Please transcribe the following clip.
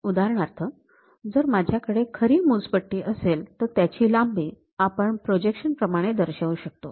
उदाहरणार्थ जर माझ्याकडे खरी मोजपट्टी असेल तर त्याची लांबी आपण प्रोजेक्शन प्रमाणे दर्शवू शकतो